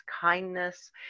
kindness